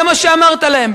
זה מה שאמרת להם,